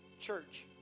Church